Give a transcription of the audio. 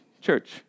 church